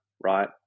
right